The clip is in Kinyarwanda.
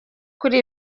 kuri